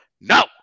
No